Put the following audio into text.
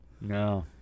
No